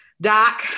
Doc